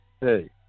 hey